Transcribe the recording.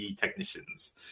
technicians